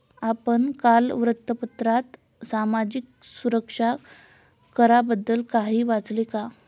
आपण काल वृत्तपत्रात सामाजिक सुरक्षा कराबद्दल काही वाचले का?